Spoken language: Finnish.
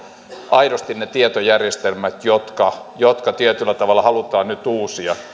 aidosti ne tietojärjestelmät jotka jotka tietyllä tavalla halutaan nyt uusia